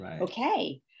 okay